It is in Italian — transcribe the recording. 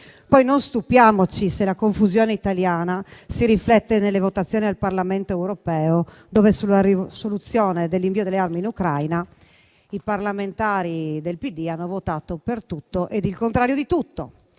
Poi non stupiamoci se la confusione italiana si riflette nelle votazioni al Parlamento europeo, dove, sulla risoluzione sull'invio delle armi in Ucraina i parlamentari del PD hanno votato per tutto ed il contrario di tutto.